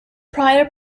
prior